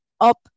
up